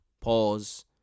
pause